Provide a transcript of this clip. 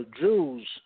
Jews